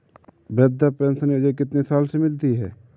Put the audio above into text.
वृद्धा पेंशन योजना कितनी साल से मिलती है?